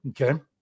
Okay